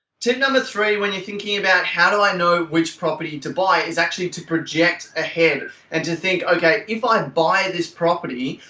tip number three, when you're thinking about how do i know which property to buy is actually to project ahead and to think, okay, if i buy this property,